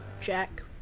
Jack